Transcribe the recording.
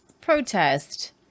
protest